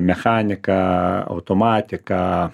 mechanika automatika